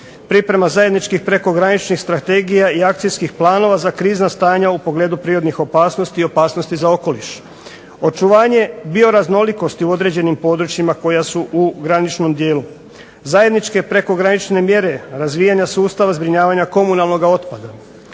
priprema zajedničkih prekograničnih strategija i akacijskih planova za krizna stanja u pogledu prirodnih opasnosti i opasnosti za okoliš. Očuvanje bioraznolikosti u određenim područjima koja su u zajedničkom dijelu. Zajedničke prekogranične mjere razvijanja sustava zbrinjavanja komunalnog otpada,